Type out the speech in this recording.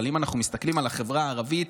אבל אם אנחנו מסתכלים על החברה הערבית,